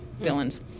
villains